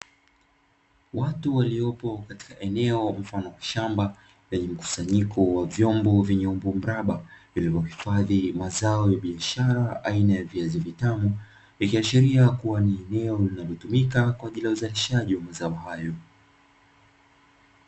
Watu waliopo katika eneo mfano wa shamba lenye mkusanyiko wa vyombo vyenye umbo mraba, vilivyohifadhi mazao ya biashara aina ya viazi vitamu, vikiashiria kuwa ni eneo linalotumika kwaajili ya uzalishaji wa mazao hayo.